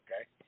okay